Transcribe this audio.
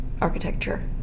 architecture